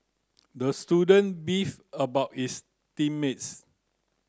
the student beefed about his team mates